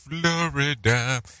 Florida